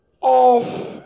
off